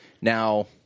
Now